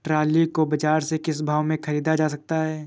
Trolley को बाजार से किस भाव में ख़रीदा जा सकता है?